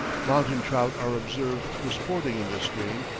mountain trout are observed disporting in this stream,